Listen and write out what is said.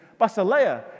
basileia